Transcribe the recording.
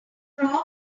climbed